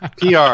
PR